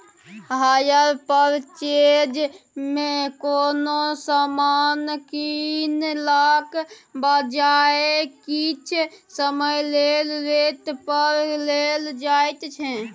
hire purchase मे कोनो समान कीनलाक बजाय किछ समय लेल रेंट पर लेल जाएत छै